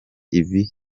ibi